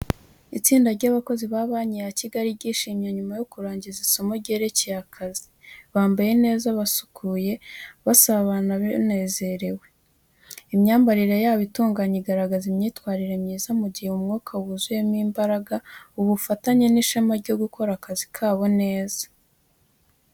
Itsinda ry’abakozi ba Banki ya Kigali ryishimye nyuma yo kurangiza isomo ryerekeye akazi. Bambaye neza, basukuye, basabana banezerewe. Imyambarire yabo itunganye igaragaza imyitwarire myiza, mu gihe umwuka wuzuyemo imbaraga, ubufatanye, n’ishema ryo gukora akazi kabo neza.